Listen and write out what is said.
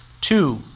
Two